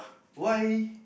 why